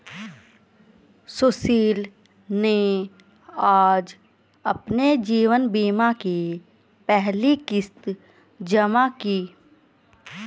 सुशील ने आज अपने जीवन बीमा की पहली किश्त जमा की